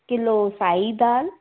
kilo साई दालि